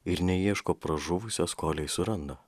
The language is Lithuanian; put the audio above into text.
ir neieško pražuvusios kolei suranda